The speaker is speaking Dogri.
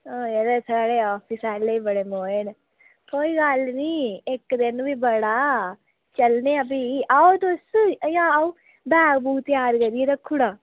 ओह् यरो साढ़े आफिस आह्ले बड़े मोए न कोई गल्ल निं इक दिन बी बड़ा चलने आं फ्ही आओ तुस जां अ'ऊं बैग बूग त्यार करियै रक्खी ओड़ां